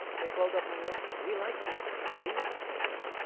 they called up my office we like mr. trump we never said that.